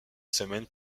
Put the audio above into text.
semaine